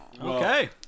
Okay